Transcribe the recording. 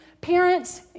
Parents